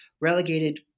relegated